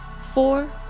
four